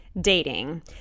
dating